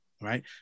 right